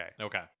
okay